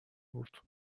بود